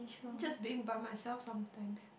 just being by myself sometime